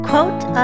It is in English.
Quote